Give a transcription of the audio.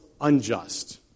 unjust